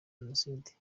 jenoside